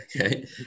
Okay